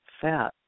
fat